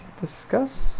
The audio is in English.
discuss